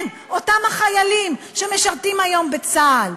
כן, אותם החיילים שמשרתים היום בצה"ל.